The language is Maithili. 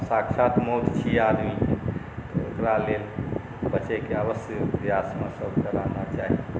साक्षात मौत छिए आदमीके ओकरालेल बचैके अवश्य प्रयासमे सबके रहना चाही